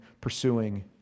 pursuing